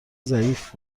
ضعیف